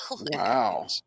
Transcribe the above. Wow